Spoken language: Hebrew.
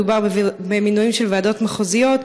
מדובר במינויים של ועדות מחוזיות.